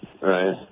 right